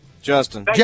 Justin